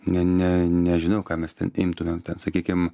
ne ne nežinau ką mes ten imtumėm sakykim